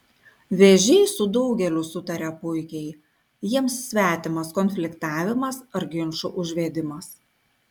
vėžiai su daugeliu sutaria puikiai jiems svetimas konfliktavimas ar ginčų užvedimas